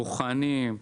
בוחנים,